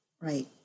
Right